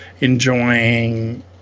enjoying